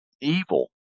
evil